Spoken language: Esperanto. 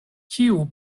kiu